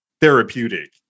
therapeutic